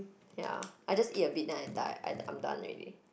ya I just eat a bit then I die I I'm done already